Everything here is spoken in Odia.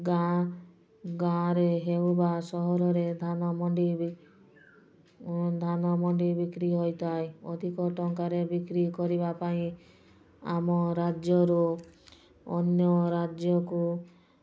ଗାଁ ଗାଁରେ ହେଉ ବା ସହରରେ ଧାନ ମଣ୍ଡି ଏବେ ଧାନ ମଣ୍ଡି ବିକ୍ରି ହୋଇଥାଏ ଅଧିକ ଟଙ୍କାରେ ବିକ୍ରି କରିବା ପାଇଁ ଆମ ରାଜ୍ୟରୁ ଅନ୍ୟ ରାଜ୍ୟକୁ